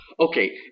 okay